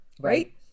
Right